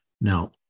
now